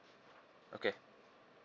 okay